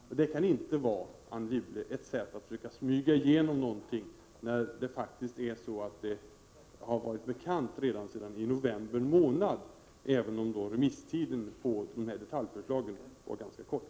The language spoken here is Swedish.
När detta har varit bekant ända sedan november månad så kan det inte vara ett sätt att försöka smyga igenom någonting, Anne Wibble, även om jag håller med om att remisstiden för de här detaljförslagen har varit ganska kort.